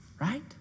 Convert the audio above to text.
Right